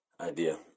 idea